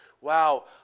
Wow